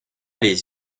les